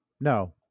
No